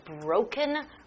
Broken